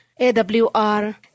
AWR